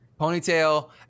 ponytail